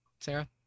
Sarah